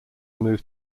moved